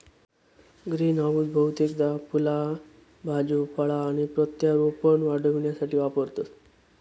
greenhouse बहुतेकदा फुला भाज्यो फळा आणि प्रत्यारोपण वाढविण्यासाठी वापरतत